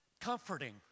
comforting